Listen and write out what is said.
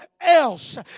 else